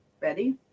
Ready